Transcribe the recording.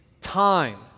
time